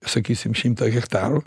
sakysim šimtą hektarų